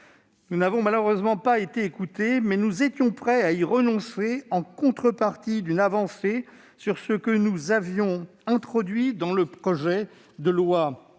Nous n'avons malheureusement pas été écoutés. Mais nous étions prêts à y renoncer, en contrepartie d'une avancée sur les mesures que nous avions introduites dans le projet de loi,